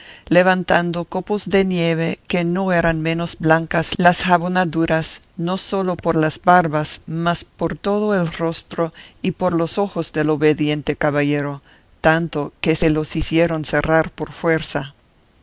levantando copos de nieve que no eran menos blancas las jabonaduras no sólo por las barbas mas por todo el rostro y por los ojos del obediente caballero tanto que se los hicieron cerrar por fuerza